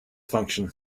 function